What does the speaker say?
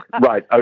Right